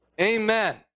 Amen